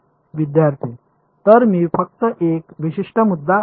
विद्यार्थी तर मी फक्त एक विशिष्ट मुद्दा असेल